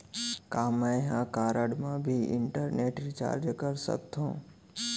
का मैं ह कारड मा भी इंटरनेट रिचार्ज कर सकथो